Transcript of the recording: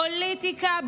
פוליטיקה,